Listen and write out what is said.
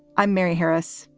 i'm mary harris.